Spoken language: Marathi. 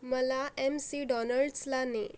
मला एम सी डॉनल्ड्सला ने